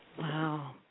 wow